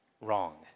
wrong